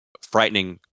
frightening